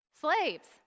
Slaves